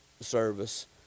service